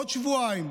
בעוד שבועיים.